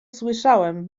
słyszałem